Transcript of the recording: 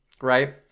right